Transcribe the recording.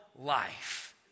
life